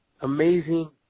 amazing